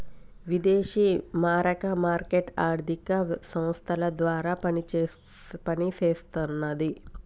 విదేశీ మారక మార్కెట్ ఆర్థిక సంస్థల ద్వారా పనిచేస్తన్నది